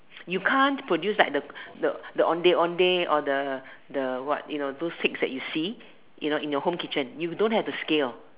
you can't produce like the the ondeh-ondeh or the the what you know those cakes that you see you know in your home kitchen you don't have the scale